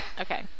Okay